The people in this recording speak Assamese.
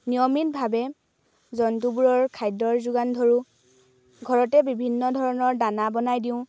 নিয়মিতভাৱে জন্তুবোৰৰ খাদ্যৰ যোগান ধৰোঁ ঘৰতে বিভিন্ন ধৰণৰ দানা বনাই দিওঁ